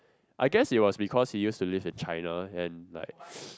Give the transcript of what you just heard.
I guess it was because he used to live in China and like